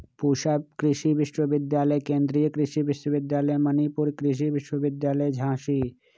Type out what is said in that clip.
पूसा कृषि विश्वविद्यालय, केन्द्रीय कृषि विश्वविद्यालय मणिपुर, कृषि विश्वविद्यालय झांसी